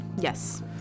Yes